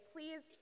Please